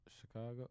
Chicago